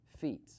feet